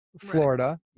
Florida